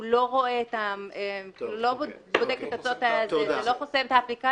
זה לא חוסם את האפליקציה,